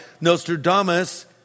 Nostradamus